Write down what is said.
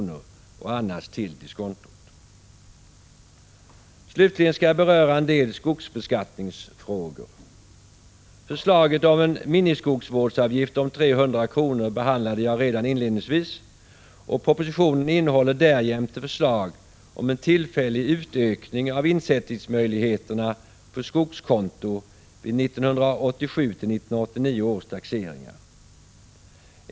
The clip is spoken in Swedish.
och annars till diskontot. Slutligen skall jag beröra en del skogsbeskattningsfrågor. Förslaget om en miniskogsvårdsavgift om 300 kr. behandlade jag redan inledningsvis, och propositionen innehåller därjämte förslag om en tillfällig utökning av insättningsmöjligheterna på skogskonto vid 1987-1989 års taxeringar.